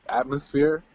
atmosphere